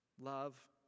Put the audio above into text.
love